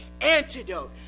antidote